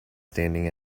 standing